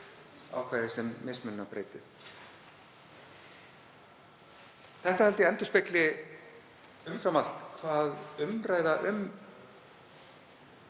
ákvæðið sem mismununarbreyta. Þetta held ég að endurspegli umfram allt hvað umræða um